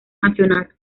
nacional